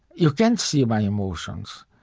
you can't see my emotions.